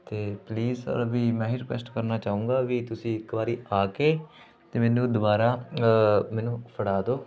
ਅਤੇ please sir ਵੀ ਮੈਂ ਇਹੀ ਰਿਕੁਐਸਟ ਕਰਨਾ ਚਾਹੂੰਗਾ ਵੀ ਤੁਸੀਂ ਇੱਕ ਵਾਰੀ ਆ ਕੇ ਅਤੇ ਮੈਨੂੰ ਦੁਬਾਰਾ ਮੈਨੂੰ ਫੜ੍ਹਾ ਦਿਉ